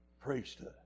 priesthood